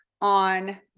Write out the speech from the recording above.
on